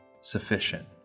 sufficient